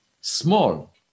small